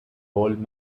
old